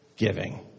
giving